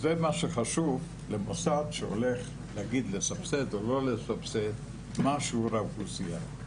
וזה מה שחשוב למוסד שהולך לסבסד או לא לסבסד מה שיעור האוכלוסייה.